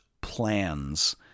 plans